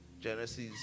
Genesis